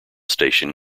station